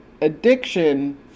addiction